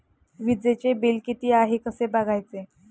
वीजचे बिल किती आहे कसे बघायचे?